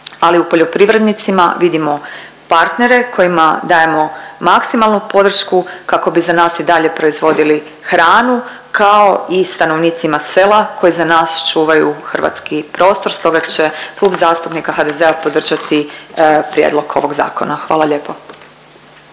ali u poljoprivrednicima vidimo partnere kojima dajemo maksimalnu podršku kako bi za nas i dalje proizvodili hranu kao i stanovnicima sela koji za nas čuvaju hrvatski prostor. Stoga će Klub zastupnika HDZ-a podržati prijedlog ovog zakona. Hvala lijepo.